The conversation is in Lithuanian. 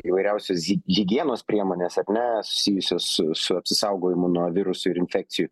įvairiausios hi higienos priemonės ar ne susijusios su su apsisaugojimu nuo virusų ir infekcijų